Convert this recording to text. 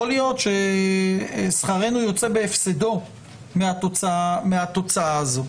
יכול להיות ששכרנו יוצא בהפסדו מהתוצאה הזו.